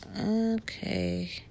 Okay